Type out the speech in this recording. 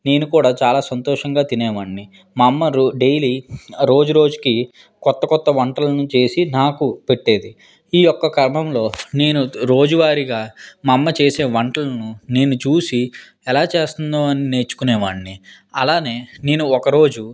నేను కూడా చాలా సంతోషంగా తినేవాడిని మా అమ్మ రో డైలీ రోజురోజుకి కొత్త కొత్త వంటలను చేసి నాకు పెట్టేది ఈ యొక్క క్రమంలో నేను రోజువారీగా మా అమ్మ చేసే వంటలను నేను చూసి ఎలా చేస్తుందో అని నేర్చుకునే వాడిని అలానే నేను ఒకరోజు